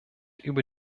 über